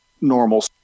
normal